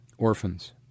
Orphans